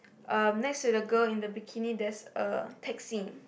um next to the girl in the bikini there's a taxi